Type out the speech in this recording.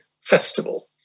Festival